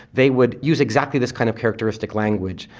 they would use exactly this kind of characteristic language.